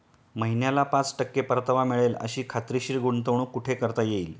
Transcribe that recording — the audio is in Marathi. महिन्याला पाच टक्के परतावा मिळेल अशी खात्रीशीर गुंतवणूक कुठे करता येईल?